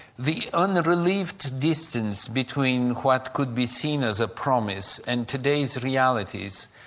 the unrelieved distance between what could be seen as a promise and today's realities,